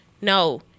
No